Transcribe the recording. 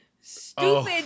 stupid